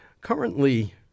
Currently